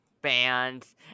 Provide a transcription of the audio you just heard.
bands